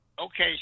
okay